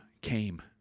came